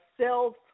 self